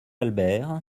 albert